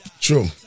True